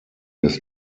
des